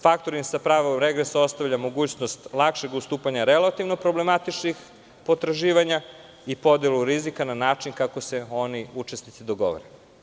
Faktoring sa pravom regresa ostavlja mogućnost lakšeg ustupanja relativno problematičnih potraživanja i podelu rizika na način kako se oni učesnici dogovore.